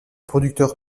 producteur